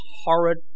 horrid